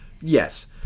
yes